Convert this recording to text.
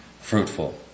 fruitful